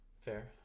Fair